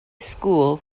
school